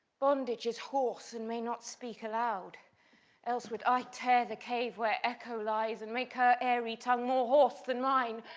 bondage is hoarse, and may not speak aloud else would i tear the cave where echo lies, and make her airy tongue more hoarse than mine,